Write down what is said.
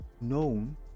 known